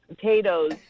potatoes